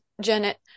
Janet